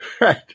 Right